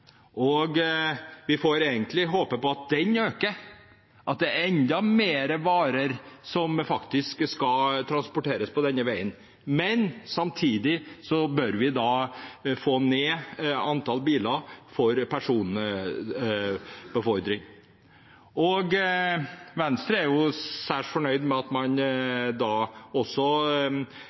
og vi får egentlig håpe den øker, og at enda flere varer skal transporteres på denne veien. Men samtidig bør vi få ned antall biler for personbefordring. Venstre er særs fornøyd med at man